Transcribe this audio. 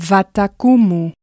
Vatakumu